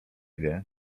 wie